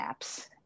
apps